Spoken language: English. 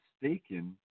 mistaken